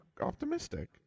optimistic